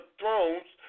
thrones